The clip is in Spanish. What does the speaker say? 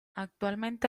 actualmente